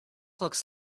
looks